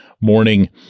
morning